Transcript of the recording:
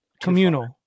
Communal